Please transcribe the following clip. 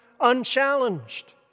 unchallenged